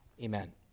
Amen